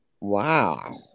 Wow